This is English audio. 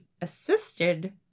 assisted